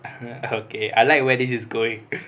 okay I like where this is going